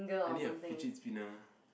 I need a fidget spinner